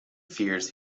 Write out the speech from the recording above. fears